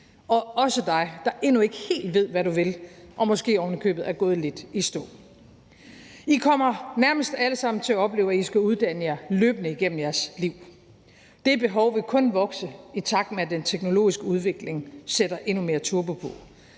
Og også dig, der endnu ikke helt ved, hvad du vil, og måske oven i købet er gået lidt i stå. I kommer nærmest alle sammen til at opleve, at I skal uddanne jer løbende igennem jeres liv. Det behov vil kun vokse, i takt med at den teknologiske udvikling sætter endnu mere turbo på,